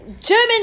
German